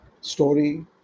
story